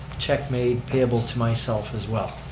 check made payable to myself as well.